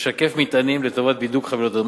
משקף מטענים לטובת בידוק חבילות הדואר.